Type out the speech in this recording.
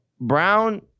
Brown